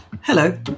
Hello